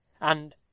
And